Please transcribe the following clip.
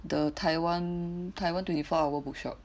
the Taiwan Taiwan twenty four hour bookshop